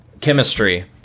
Chemistry